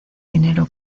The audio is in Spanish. dinero